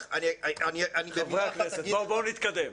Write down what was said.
חברי הכנסת, בואו נתקדם.